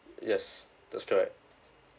yes that's correct